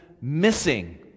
missing